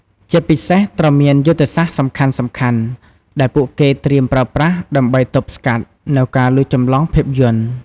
ជាពិសេសត្រូវមានយុទ្ធសាស្ត្រសំខាន់ៗដែលពួកគេត្រៀមប្រើប្រាស់ដើម្បីទប់ស្កាត់នូវការលួចចម្លងភាពយន្ត។